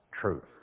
truth